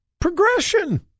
progression